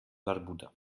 barbuda